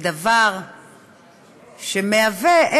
לדבר שמהווה,